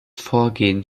vorgehen